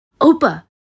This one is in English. Opa